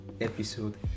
episode